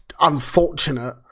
unfortunate